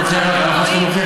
אנחנו נוכיח לכם.